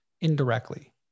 indirectly